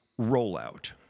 rollout